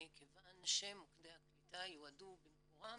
כיון שמוקדי הקליטה יועדו במקורם